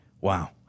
wow